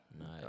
Nice